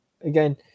again